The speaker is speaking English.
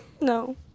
No